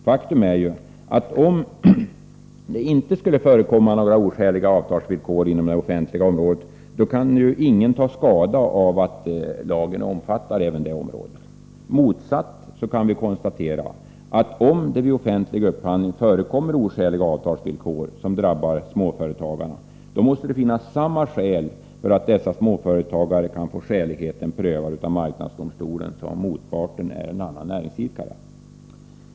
Faktum är ju, att om det inte skulle förekomma några oskäliga avtalsvillkor inom det offentliga området, kan ingen ta skada av att lagen omfattar även det området. Motsatt kan vi konstatera att om det vid offentlig upphandling förekommer oskäliga avtalsvillkor, som drabbar småföretagarna, måste det finnas samma skäl för dessa småföretagare att få skäligheten prövad av marknadsdomstolen som om motparten är en annan näringsidkare.